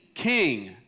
king